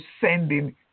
sending